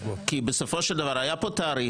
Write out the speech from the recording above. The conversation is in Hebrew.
כי בסופו של דבר היה פה תאריך,